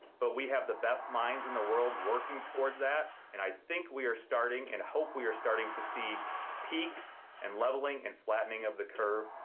but we have the best minds in the world working towards that. and i think we are starting and hope we are starting to see peaks and leveling and flattening of the curve,